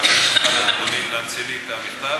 אשמח אם תוכל להמציא לי את המכתב.